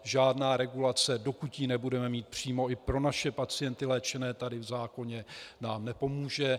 Žádná regulace, dokud ji budeme mít přímo i pro naše pacienty, léčené tady, v zákoně, nám nepomůže.